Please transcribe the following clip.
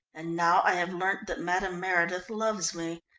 and now i have learnt that madame meredith loves me.